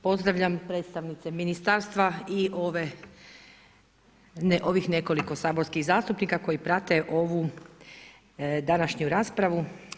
Pozdravljam predstavnice Ministarstva i ovih nekoliko saborskih zastupnika koji prate ovu današnju raspravu.